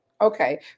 Okay